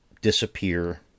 Disappear